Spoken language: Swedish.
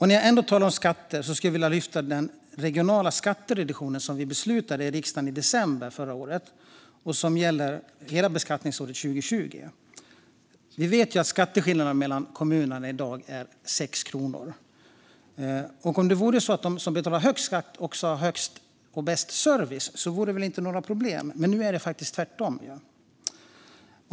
När jag ändå talar om skatter skulle jag vilja lyfta fram den regionala skattereduktion som vi i riksdagen beslutade om i december förra året men som gäller för hela beskattningsåret 2020. Vi vet att skatteskillnaderna mellan kommunerna i dag är 6 kronor, och om det vore så att de som betalar högst skatt också har bäst service vore det inga problem, men nu är det faktiskt tvärtom.